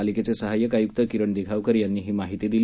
पालिकेचे सहायक आयुक्त किरण दिघावकर यांनी ही माहिती दिली